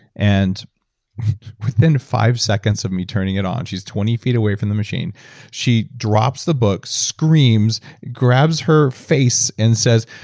and within five seconds of me turning it on, she's twenty feet away from the machine she drops the book, screams, grabs her face and says,